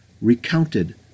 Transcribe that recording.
recounted